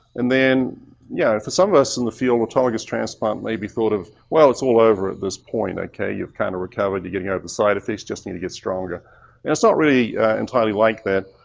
and then yeah for some of us in the field, autologous transplant may be thought of, well, it's all over at this point. okay, you've kind of recovered, you're getting out of the side effects just need to get stronger. and that's not really entirely like that.